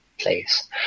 place